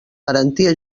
garantia